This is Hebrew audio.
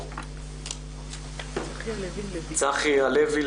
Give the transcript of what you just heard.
צחי לוין,